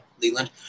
Leland